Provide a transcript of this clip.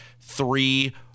three